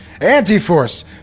Anti-force